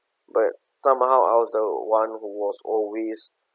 but somehow I was the one who was always